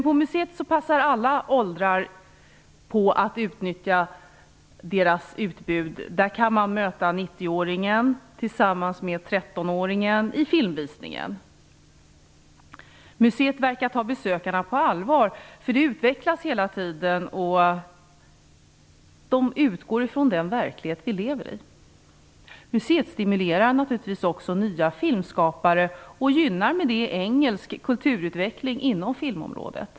På museet passar alla oavsett ålder på att utnyttja museets utbud. Där kan man möta 90-åringen tillsammans med 13-åringen vid filmvisningen. Museet verkar ta besökarna på allvar, för det utvecklas hela tiden. Man utgår från den verklighet som vi lever i. Museet stimulerar naturligtvis också nya filmskapare och gynnar därmed engelsk kulturutveckling inom filmområdet.